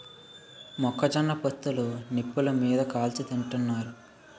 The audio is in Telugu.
మొక్క జొన్న పొత్తులు నిప్పులు మీది కాల్చి తింతన్నారు